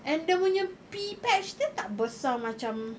and dia punya pea patch dia tak besar macam